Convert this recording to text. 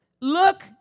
Look